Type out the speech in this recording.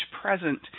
present